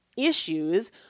issues